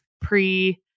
pre